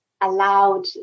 allowed